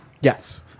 Yes